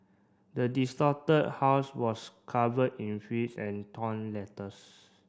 the distorted house was covered in filth and torn letters